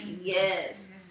Yes